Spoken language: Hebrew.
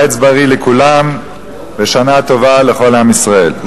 קיץ בריא לכולם ושנה טובה לכל עם ישראל.